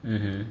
mmhmm